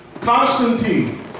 Constantine